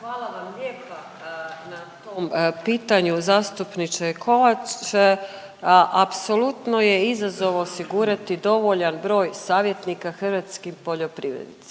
uključen./... na tom pitanju, zastupniče Kovač, a apsolutno je izazov osigurati dovoljan broj savjetnika hrvatskim poljoprivrednicima.